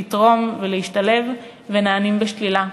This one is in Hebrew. לתרום ולהשתלב ונענים בשלילה.